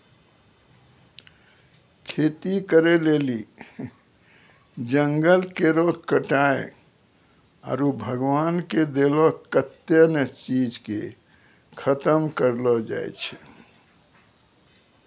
खेती करै लेली जंगल केरो कटाय आरू भगवान के देलो कत्तै ने चीज के खतम करलो जाय छै